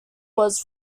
was